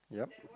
yup